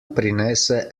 prinese